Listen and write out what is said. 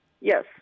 Yes